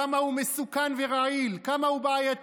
כמה הוא מסוכן ורעיל, כמה הוא בעייתי.